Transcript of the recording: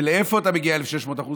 ואיפה אתה מגיע ל-1,600%?